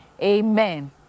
Amen